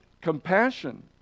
compassion